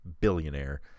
billionaire